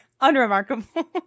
Unremarkable